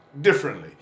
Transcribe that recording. differently